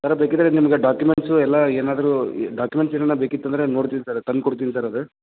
sir ಬೇಕಿದ್ದರೆ ನಿಮಗೆ documents ಎಲ್ಲ ಏನಾದರೂ ಡಾಕ್ಯುಮೆಂಟ್ಸ್ ಏನರ ಬೇಕಿತ್ತು ಅಂದರೆ ನೋಡ್ತಿನಿ ಸರ್ ತಂದು ಕೊಡ್ತೀನಿ ಸರ್ ಅದು